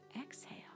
exhale